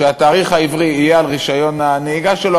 שהתאריך העברי יהיה על רישיון הנהיגה שלו,